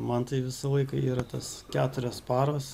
man tai visą laiką yra tas keturios paros